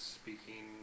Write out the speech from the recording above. speaking